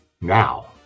Now